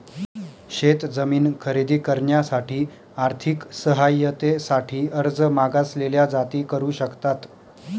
शेत जमीन खरेदी करण्यासाठी आर्थिक सहाय्यते साठी अर्ज मागासलेल्या जाती करू शकतात